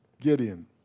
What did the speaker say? Gideon